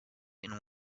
and